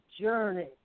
journey